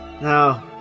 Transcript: No